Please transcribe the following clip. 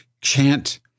chant